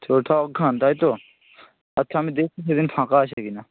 চৌঠা অঘ্রান তাই তো আচ্ছা আমি দেখছি সেদিন ফাঁকা আছে কি না